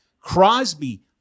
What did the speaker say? Crosby